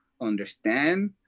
understand